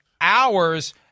hours